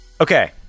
Okay